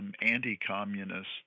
anti-communist